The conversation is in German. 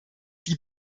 die